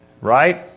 Right